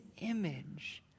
image